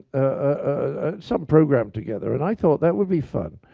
ah some program together? and i thought that would be fun.